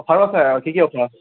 অফাৰো আছে কি কি অফাৰ